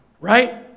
right